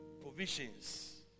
provisions